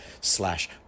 slash